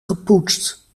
gepoetst